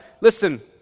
listen